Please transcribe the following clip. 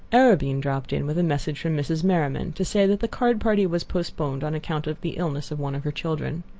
arobin dropped in with a message from mrs. merriman, to say that the card party was postponed on account of the illness of one of her children.